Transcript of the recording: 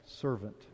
servant